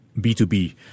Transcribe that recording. B2B